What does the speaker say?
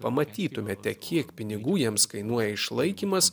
pamatytumėte kiek pinigų jiems kainuoja išlaikymas